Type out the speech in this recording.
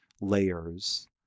layers